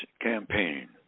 campaign